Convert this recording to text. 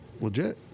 legit